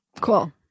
Cool